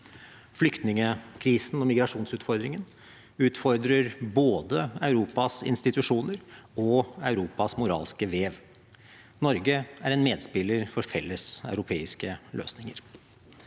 Flyktningkrisen og migrasjonsutfordringen utfordrer både Europas institusjoner og Europas moralske vev. Norge er en medspiller for felles europeiske løsninger.